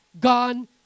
gone